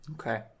Okay